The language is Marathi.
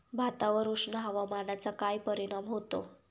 भातावर उष्ण हवामानाचा काय परिणाम होतो?